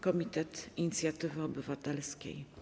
Komitet inicjatywy obywatelskiej.